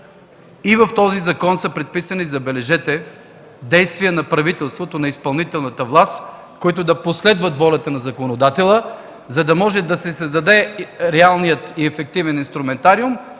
В този закон са предписани, забележете, действия на правителството, на изпълнителната власт, които да последват волята на законодателя, за да може да се създаде реалният и ефективен инструментариум,